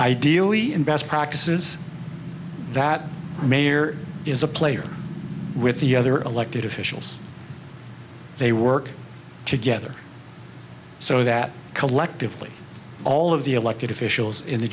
ideally in best practices that mayor is a player with the other elected officials they work together so that collectively all of the elected officials in the